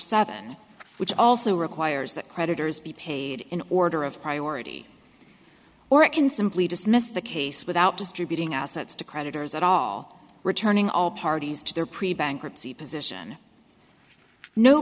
seven which also requires that creditors be paid in order of priority or it can simply dismiss the case without distributing assets to creditors at all returning all parties to their pre bankruptcy position no